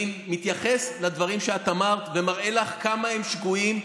אני מתייחס לדברים שאמרת ומראה לך כמה הם שגויים,